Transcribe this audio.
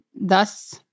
thus